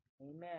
Amen